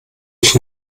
ich